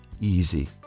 easy